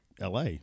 LA